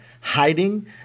hiding